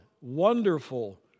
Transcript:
wonderful